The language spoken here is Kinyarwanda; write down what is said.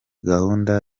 gahunda